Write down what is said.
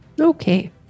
Okay